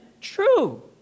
True